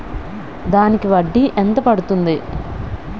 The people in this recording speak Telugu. దానికి వడ్డీ ఎంత పడుతుంది?